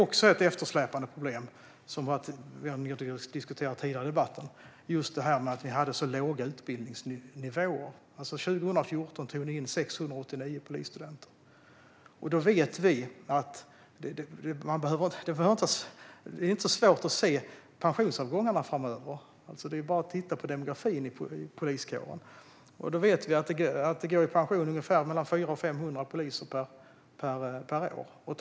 Ett eftersläpande problem, som har diskuterats tidigare i debatten, är att ni utbildade så få. År 2014 tog ni in 689 polisstudenter. Det är inte svårt att se pensionsavgångarna framöver. Det är bara att titta på demografin i poliskåren. Då vet vi att mellan 400 och 500 poliser går i pension per år.